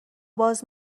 باز